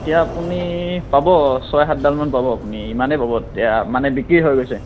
এতিয়া আপুনি পাব ছয় সাতডালমান পাব আপুনি ইমানেই পাব এতিয়া মানে বিক্ৰী হৈ গৈছে